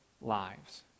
lives